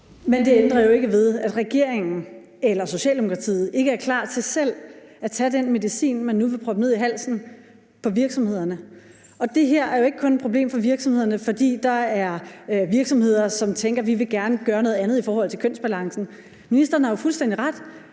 Men det ændrer jo ikke ved, at regeringen eller Socialdemokratiet ikke er klar til selv at tage den medicin, man nu vil proppe ned i halsen på virksomhederne. Og det her er jo ikke kun et problem for virksomhederne, fordi der er virksomheder, som tænker, at de gerne vil gøre noget andet i forhold kønsbalancen. Ministeren har jo fuldstændig ret